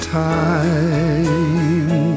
time